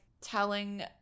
telling